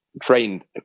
trained